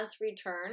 return